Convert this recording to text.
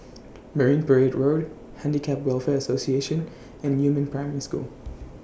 Marine Parade Road Handicap Welfare Association and Yumin Primary School